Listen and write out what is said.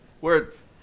Words